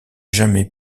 jamais